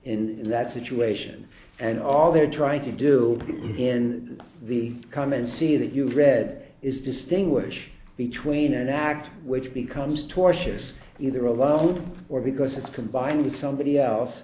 fact in that situation and all they're trying to do in the come and see that you read is distinguish between an act which becomes tortious either alone or because it's combined with somebody else